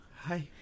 hi